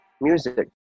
Music